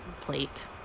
plate